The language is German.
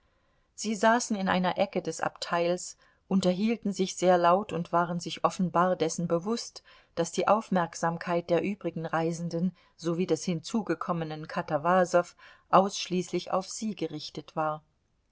sie saßen in einer ecke des abteils unterhielten sich sehr laut und waren sich offenbar dessen bewußt daß die aufmerksamkeit der übrigen reisenden sowie des hinzugekommenen katawasow ausschließlich auf sie gerichtet war